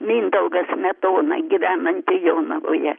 mindaugą smetoną gyvenantį jonavoje